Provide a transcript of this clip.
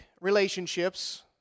relationships